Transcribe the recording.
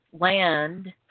Land